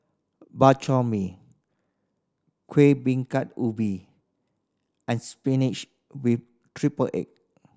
Bak Chor Mee Kueh Bingka Ubi and spinach with triple egg